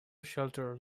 shelter